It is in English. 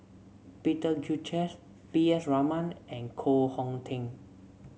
Peter Gilchrist P S Raman and Koh Hong Teng